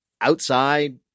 outside